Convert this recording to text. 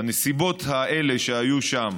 בנסיבות האלה שהיו שם,